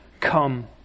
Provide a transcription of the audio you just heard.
come